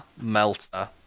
Melter